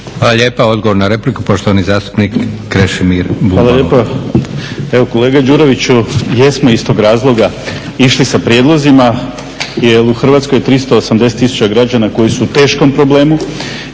Hvala lijepa. Odgovor na repliku, poštovani zastupnik Krešimir Bubalo. **Bubalo, Krešimir (HDSSB)** Hvala lijepa. Evo kolega Đuroviću jesmo iz tog razloga išli sa prijedlozima jer u Hrvatskoj je 380 tisuća građana koji su u teškom problemu